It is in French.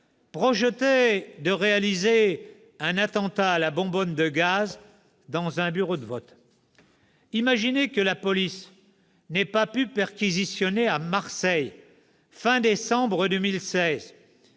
projetait de réaliser un attentat à la bonbonne de gaz dans un bureau de vote. Imaginez que la police n'ait pas pu perquisitionner à Marseille à la fin de décembre 2016